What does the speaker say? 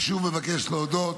אני שוב מבקש להודות